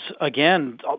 again